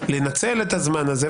לנצל את הזמן הזה,